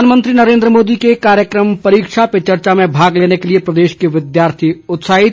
प्रधानमंत्री नरेंद्र मोदी के कार्यक्रम परीक्षा पर चर्चा में भाग लेने के लिए प्रदेश के विद्यार्थी उत्साहित